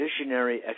visionary